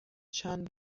چند